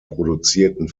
produzierten